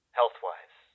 health-wise